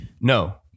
No